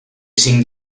cinc